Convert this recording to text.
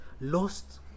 Lost